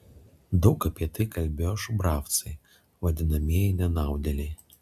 daug apie tai kalbėjo šubravcai vadinamieji nenaudėliai